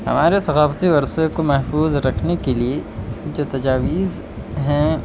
ہمارے ثقافتی ورثے کو محفوظ رکھنے کے لیے جو تجاویز ہیں